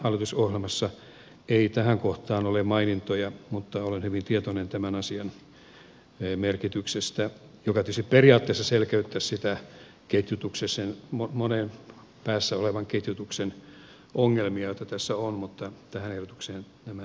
hallitusohjelmassa ei tähän kohtaan ole mainintoja mutta olen hyvin tietoinen tämän asian merkityksestä mikä tietysti periaatteessa selkeyttäisi monen ketjutuksen päässä olevia ongelmia joita tässä on mutta tähän ehdotukseen tämä ei nyt liity